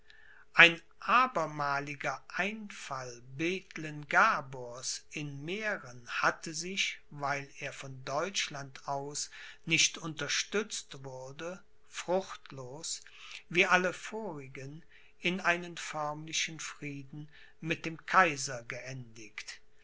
ein abermaliger einfall bethlen gabors in mähren hatte sich weil er von deutschland aus nicht unterstützt wurde fruchtlos wie alle vorigen in einen förmlichen frieden mit dem kaiser geendigt